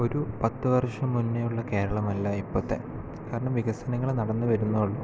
ഒരു പത്തുവർഷം മുന്നേയുള്ള കേരളമല്ല ഇപ്പോഴത്തെ കാരണം വികസനങ്ങൾ നടന്നു വരുന്നേ ഉള്ളൂ